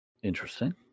Interesting